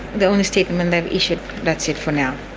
the only statement they issued, that's it for now.